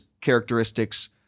characteristics